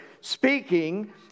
speaking